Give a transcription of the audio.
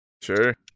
Sure